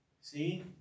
See